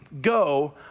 go